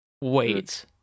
Wait